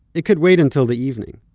it could wait until the evening.